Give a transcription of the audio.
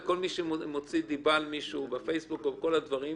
על כל מי שמוציא דיבה על מישהו בפייסבוק וכן הלאה.